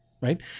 right